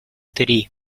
три